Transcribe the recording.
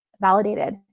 validated